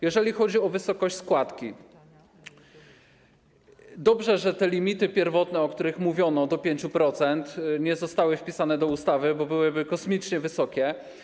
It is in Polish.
Jeżeli chodzi o wysokość składki, to dobrze, że te limity pierwotne, o których mówiono, do 5%, nie zostały wpisane do ustawy, bo byłyby kosmicznie wysokie.